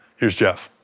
here's jeff.